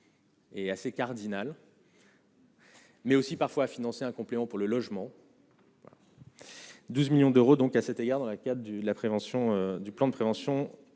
Et assez cardinal. Mais aussi parfois à financer un complément pour le logement. 12 millions d'euros, donc à cet égard dans la cave du la prévention